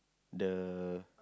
the